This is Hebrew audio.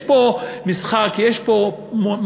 יש פה משחק, יש פה מניפולציה.